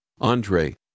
Andre